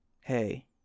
hey